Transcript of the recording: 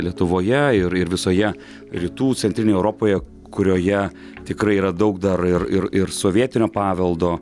lietuvoje ir ir visoje rytų centrinėj europoje kurioje tikrai yra daug dar ir ir ir sovietinio paveldo